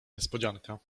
niespodzianka